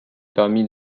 parmi